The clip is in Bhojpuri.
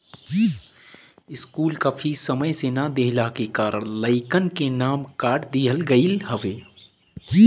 स्कूल कअ फ़ीस समय से ना देहला के कारण लइकन के नाम काट दिहल गईल हवे